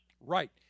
Right